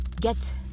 get